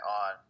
on